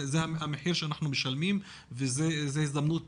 זה המחיר שאנחנו משלמים וזו הזדמנות